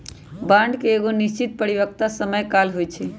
bond के एगो निश्चित परिपक्वता समय काल होइ छइ